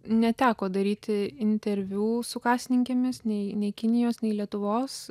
neteko padaryti interviu su kasininkėmis nei nei kinijos nei lietuvos